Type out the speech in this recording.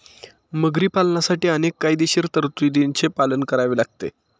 मगरी पालनासाठी अनेक कायदेशीर तरतुदींचे पालन करावे लागते